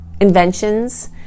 inventions